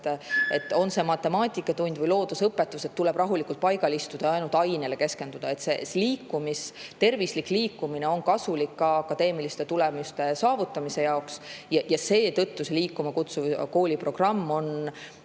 et olgu see matemaatikatund või loodusõpetus, seal tuleb rahulikult paigal istuda ja ainult ainele keskenduda. Tervislik liikumine on kasulik ka akadeemiliste tulemuste saavutamiseks ja seetõttu liikuma kutsuv kooliprogramm on